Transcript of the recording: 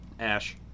ash